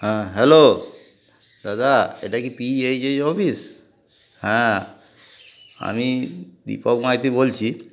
হ্যাঁ হ্যালো দাদা এটা কি পি এইচ এইচ অফিস হ্যাঁ আমি দীপক মাইতি বলছি